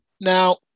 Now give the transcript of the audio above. Now